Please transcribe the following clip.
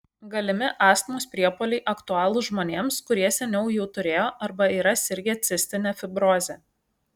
galimi astmos priepuoliai aktualūs žmonėms kurie seniau jų turėjo arba yra sirgę cistine fibroze